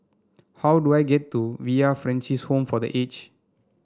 how do I get to Villa Francis Home for The Aged